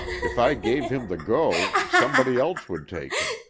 if i gave him the go somebody else would take him,